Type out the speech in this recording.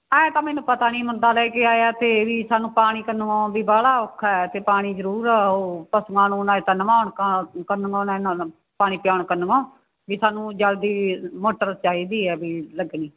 ਐਂ ਤਾਂ ਮੈਨੂੰ ਪਤਾ ਨੀ ਮੁੰਡਾ ਲੈ ਕੇ ਆਇਆ ਤੇ ਵੀ ਸਾਨੂੰ ਪਾਣੀ ਕੰਨਵੋਂ ਵੀ ਬਾਹਲਾ ਔਖਾ ਹੈ ਤੇ ਪਾਣੀ ਜ਼ਰੂਰ ਉਹ ਪਸ਼ੂਆਂ ਨੂੰ ਨਾਲੇ ਤਾਂ ਨਵਾਉਣ ਕ ਕੰਨਵੋਂ ਪਾਣੀ ਪਿਲਾਉਣ ਕੰਨਵੋਂ ਵੀ ਸਾਨੂੰ ਜਲਦੀ ਮੋਟਰ ਚਾਹੀਦੀ ਹੈ ਵੀ ਲੱਗਣੀ